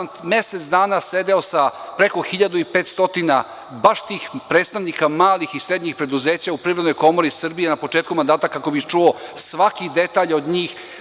Mesec dana sam sedeo sa preko 1.500 baš tih predstavnika malih i srednjih preduzeća u Privrednoj komori Srbije na početku mandata kako bih čuo svaki detalj od njih.